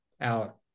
out